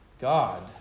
God